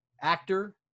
actor